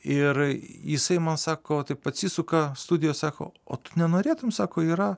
ir jisai man sako taip atsisuka studijoj sako o tu nenorėtum sako yra